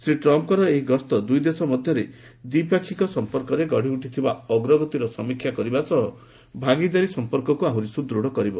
ଶ୍ରୀ ଟ୍ରମ୍ପଙ୍କର ଏହି ଗସ୍ତ ଦୁଇଦେଶ ମଧ୍ୟରେ ଦ୍ୱିପକ୍ଷୀୟ ସମ୍ପର୍କରେ ଗଢ଼ିଥିବା ଅଗ୍ରଗତିର ସମୀକ୍ଷା କରିବା ସହ ଭାଗିଦାରୀ ସମ୍ପର୍କକୁ ଆହୁରି ସୁଦୃଢ଼ କରିବ